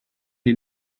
die